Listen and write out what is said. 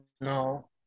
No